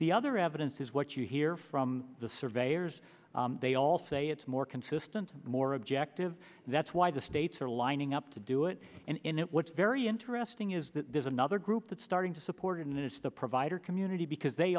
the other evidence is what you hear from the surveyors they all say it's more consistent more objective and that's why the states are lining up to do it and in it what's very interesting is that there's another group that's starting to support it and it's the provider community because they